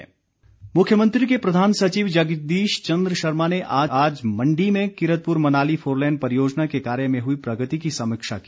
four lane मुख्यमंत्री के प्रधान सचिव जगदीश चंद्र शर्मा ने आज मण्डी में कीरतपुर मनाली फोरलेन परियोजना के कार्य में हुई प्रगति की समीक्षा की